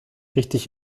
richtig